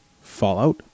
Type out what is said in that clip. Fallout